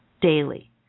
daily